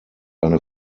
eine